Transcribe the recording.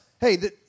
hey